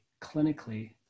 clinically